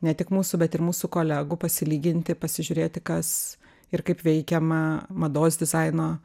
ne tik mūsų bet ir mūsų kolegų pasilyginti pasižiūrėti kas ir kaip veikiama mados dizaino